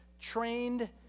trained